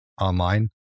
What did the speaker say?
online